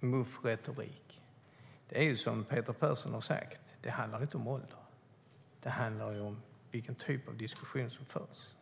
MUF-retorik vill jag bara säga: Det är som Peter Persson har sagt, att det inte handlar om ålder utan om vilken typ av diskussion som förs.